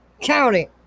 county